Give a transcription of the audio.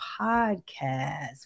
Podcast